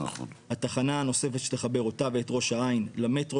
התחנה הנוספת שתחבר אותה ואת ראש העין למטרו